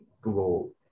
Google